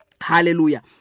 Hallelujah